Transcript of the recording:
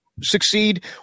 succeed